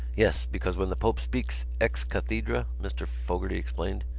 yes, because when the pope speaks ex cathedra, mr. fogarty explained,